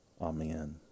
Amen